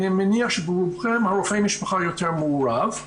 אני מניח שאצל רובכן רופא המשפחה הרבה יותר מעורב,